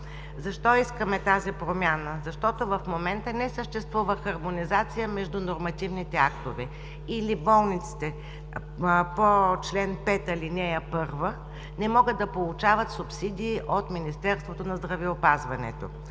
Защо искаме тази промяна? Защото в момента не съществува хармонизация между нормативните актове, или болниците по чл. 5, ал. 1 не могат да получават субсидии от Министерството на здравеопазването.